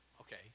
Okay